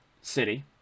city